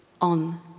on